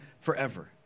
forever